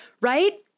right